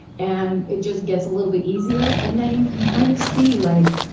and it just gets a little bit easier. and then you can kind of see, like,